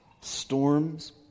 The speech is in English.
storms